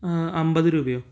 അമ്പത് രൂപയോ